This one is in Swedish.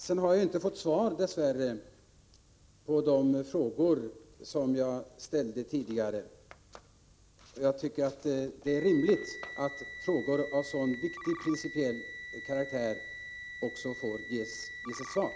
Jag har dess värre inte fått svar på de frågor som jag ställde tidigare. Det är rimligt att frågor av sådan viktig, principiell karaktär besvaras.